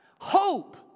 Hope